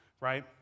right